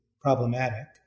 problematic